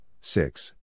six